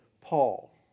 Paul